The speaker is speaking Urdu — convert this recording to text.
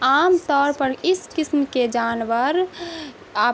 عام طور پر اس قسم کے جانور آپ